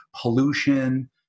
pollution